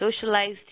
socialized